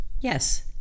Yes